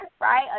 right